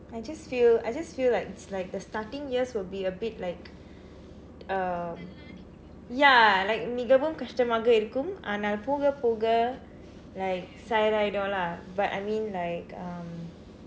I just feel I just feel like it's like the starting years will be a bit like uh ya like மிகவும் கஷ்டமாக இருக்கும் ஆனால் போக போக:mikavum kashdamaaka irukkum aanaal poka poka like சரி ஆயிரும்:sari aayirum but I mean like um